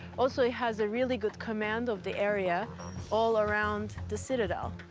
also he has a really good command of the area all around the citadel.